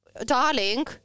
darling